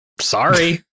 Sorry